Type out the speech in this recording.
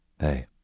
Hey